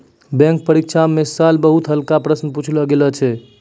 bank परीक्षा म है साल बहुते हल्का प्रश्न पुछलो गेल छलै